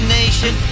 nation